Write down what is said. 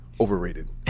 Overrated